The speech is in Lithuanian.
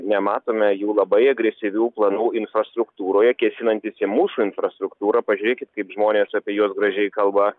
nematome jų labai agresyvių planų infrastruktūroje kėsinantis į mūsų infrastruktūrą pažiūrėkit kaip žmonės apie juos gražiai kalba